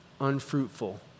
unfruitful